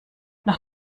noch